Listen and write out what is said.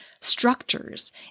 structures